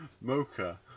Mocha